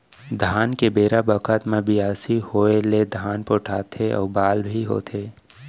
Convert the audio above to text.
धान के बेरा बखत म बियासी होय ले धान पोठाथे अउ बाल भी होथे